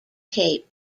tape